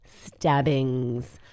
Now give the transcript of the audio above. stabbings